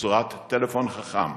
בצורת טלפון חכם,